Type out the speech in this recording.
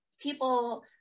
people